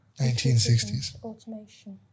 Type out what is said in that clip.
1960s